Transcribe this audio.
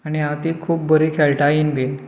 आनी हांव ती बरी खेळटाय बी